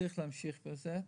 צריך להמשיך בזה.